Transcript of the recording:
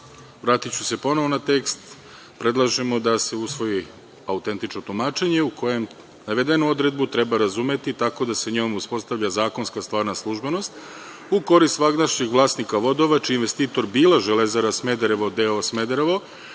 vratiću se ponovo na tekst, predlažemo da se usvoji autentično tumačenje u kojem navedenu odredbu treba razumeti tako da se njom uspostavlja zakonska stvarna službenost u korist svagdašnjeg vlasnika vodova, čiji je investitor bila „Železara Smederevo“ d.o.o. Smederevo